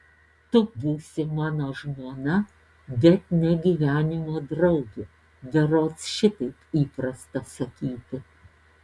tu būsi mano žmona bet ne gyvenimo draugė berods šitaip įprasta sakyti